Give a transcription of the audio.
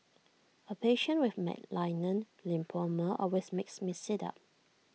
A patient with malignant lymphoma always makes me sit up